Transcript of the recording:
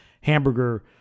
hamburger